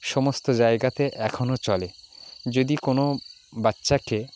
সমস্ত জায়গাতে এখনো চলে যদি কোনো বাচ্চাকে